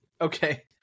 Okay